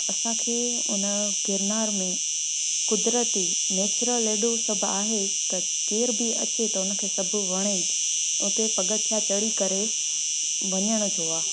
असांखे हुन गिरनार में क़ुदिरती नैचरल हेॾो सभु आहे त केर बि अचे थो न हुनखे सभु वणे उते पगथिया चढ़ी करे वञण जो आहे